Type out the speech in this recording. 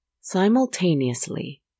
Simultaneously